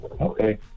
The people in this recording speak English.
Okay